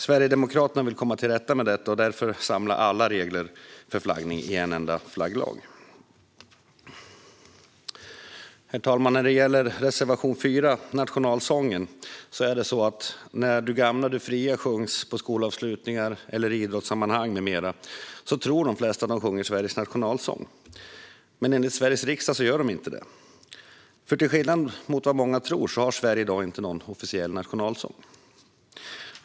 Sverigedemokraterna vill komma till rätta med detta och därför samla alla regler för flaggning i en enda flagglag. Herr talman! När det gäller reservation 4 och nationalsången tror de flesta att de sjunger Sveriges nationalsång när Du gamla, du fria sjungs på skolavslutningar, i idrottssammanhang med mera. Men enligt Sveriges riksdag gör de inte det, för till skillnad mot vad många tror har Sverige i dag inte någon officiell nationalsång.